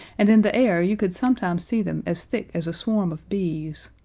and in the air you could sometimes see them as thick as a swarm of bees.